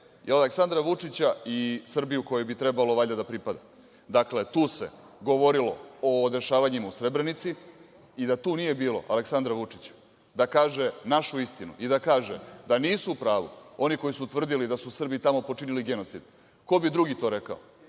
i Aleksandra Vučića i Srbiju kojoj bi trebalo valjda da pripada. Dakle, tu se govorilo o dešavanjima u Srebrenici i da tu nije bilo Aleksandra Vučića da kaže našu istinu i da kaže da nisu u pravu oni koji su tvrdili da su Srbi tamo počinili genocid, ko bi drugi to rekao?